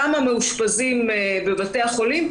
כמה מאושפזים בבתי החולים,